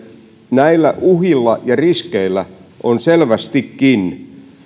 näillä uhilla ja riskeillä on selvästikin